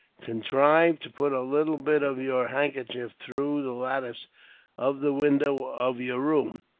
contrive to put a little bit of your handkerchief through the latticework of the window of your room,